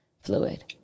fluid